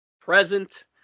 present